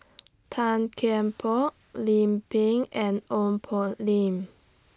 Tan Kian Por Lim Pin and Ong Poh Lim